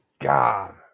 God